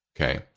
okay